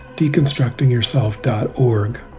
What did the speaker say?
deconstructingyourself.org